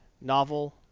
novel